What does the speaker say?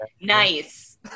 Nice